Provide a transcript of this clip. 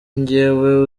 njyewe